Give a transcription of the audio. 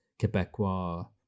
Quebecois